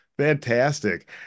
Fantastic